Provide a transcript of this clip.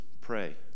pray